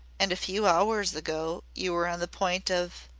and a few hours ago you were on the point of